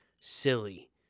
silly